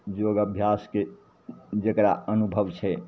योग अभ्यासके जकरा अनुभव छै